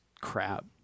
crap